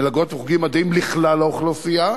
מלגות וחוגים מדעיים לכלל האוכלוסייה,